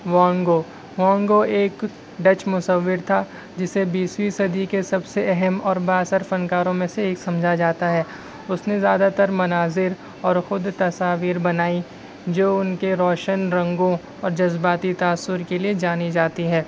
وانگو وانگو ایک ڈچ مصور تھا جسے بیسویں صدی کے سب سے اہم اور با اثر فنکاروں میں سے ایک سمجھا جاتا ہے اس نے زیادہ تر مناظر اور خود تصاویر بنائیں جو ان کے روشن رنگوں اور جذباتی تاثر کے لیے جانی جاتی ہے